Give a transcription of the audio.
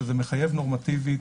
שזה מחייב נורמטיבית,